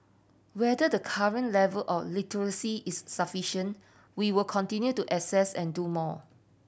whether the current level of literacy is sufficion we will continue to assess and do more